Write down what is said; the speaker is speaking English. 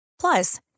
Plus